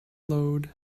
load